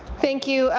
thank you.